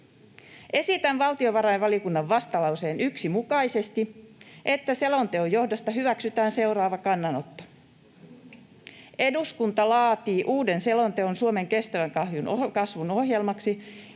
Esitän valtiovarainvaliokunnan vastalauseen 1 mukaisesti, että selonteon johdosta hyväksytään seuraava kannanotto: ”Eduskunta edellyttää, että hallitus laatii uuden selonteon Suomen kestävän kasvun ohjelmaksi,